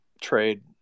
trade